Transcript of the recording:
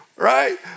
Right